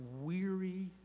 weary